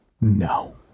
No